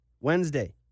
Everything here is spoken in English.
Wednesday